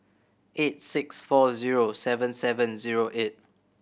eight six four zero seven seven zero eight